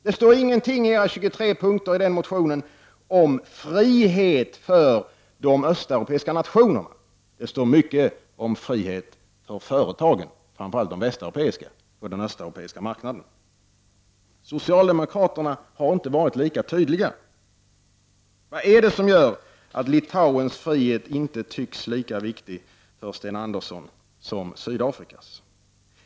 Det står ingenting i motionens 23 punkter om frihet för de östeuropeiska nationerna, men det står mycket om frihet för företagen, framför allt de västeuropeiska, på den östeuropeiska marknaden. Socialdemokraterna har inte varit lika tydliga. Vad är det som gör att Litauens frihet inte tycks vara lika viktig för Sten Andersson som Sydafrikas?